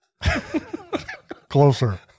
Closer